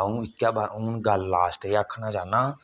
अ'ऊं इक्कै बार हून गल्ल एह् लास्ट च आखना चाह्न्नां